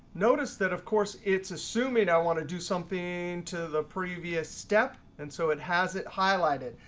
notice that, of course, it's assuming i want to do something to the previous step. and so it has it highlighted.